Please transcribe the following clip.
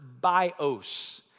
bios